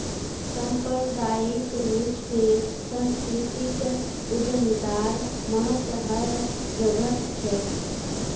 सांप्रदायिक रूप स सांस्कृतिक उद्यमितार महत्व हर जघट छेक